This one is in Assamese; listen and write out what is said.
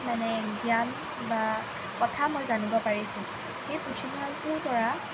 মানে জ্ঞান বা কথা মই জানিব পাৰিছোঁ সেই পুথিভঁৰালটোৰ পৰা